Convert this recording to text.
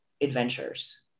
adventures